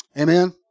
Amen